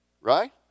Right